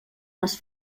les